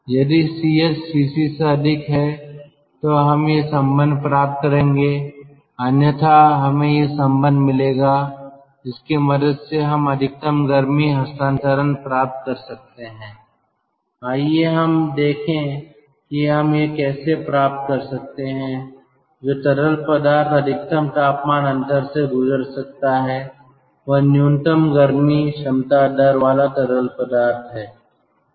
यदि Ch Cc से अधिक है तो हम यह संबंध प्राप्त करेंगे अन्यथा हमें यह संबंध मिलेगा जिसकी मदद से हम अधिकतम गर्मी हस्तांतरण प्राप्त कर सकते हैं आइए हम देखें कि हम यह कैसे प्राप्त कर सकते हैं जो तरल पदार्थ अधिकतम तापमान अंतर से गुजर सकता है वह न्यूनतम गर्मी क्षमता दर वाला तरल पदार्थ है